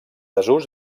desús